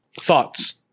thoughts